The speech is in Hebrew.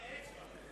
אצבע.